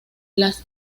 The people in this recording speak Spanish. las